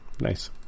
Nice